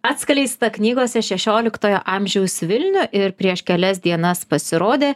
atskleistą knygose šešioliktojo amžiaus vilnių ir prieš kelias dienas pasirodė